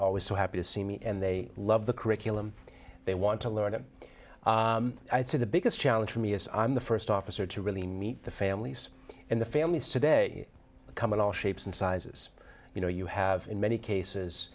always so happy to see me and they love the curriculum they want to learn them so the biggest challenge for me is i'm the st officer to really meet the families and the families today come in all shapes and sizes you know you have in many cases